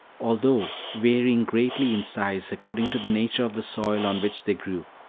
although varying greatly in size, according to the nature of the soil on which they grew.